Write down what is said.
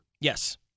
Yes